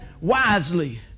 wisely